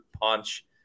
punch